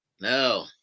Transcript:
No